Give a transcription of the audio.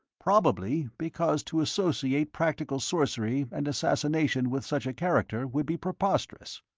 probably because to associate practical sorcery and assassination with such a character would be preposterous.